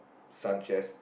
Sanchez